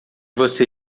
você